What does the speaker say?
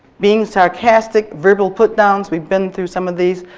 being sarcastic, verbal put downs. we've been through some of these,